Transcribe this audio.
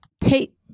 take